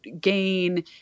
gain